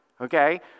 okay